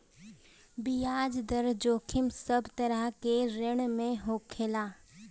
बियाज दर जोखिम सब तरह के ऋण में होखेला